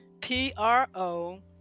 P-R-O